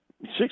six